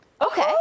Okay